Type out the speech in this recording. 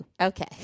Okay